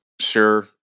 sure